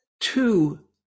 two